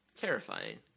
Terrifying